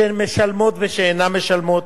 משלמות ושאינן משלמות,